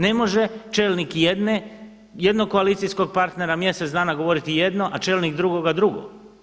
Ne može čelnik jednog koalicijskog partnera mjesec dana govoriti jedno, a čelnik drugoga drugo.